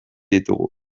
ditugu